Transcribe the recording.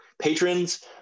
patrons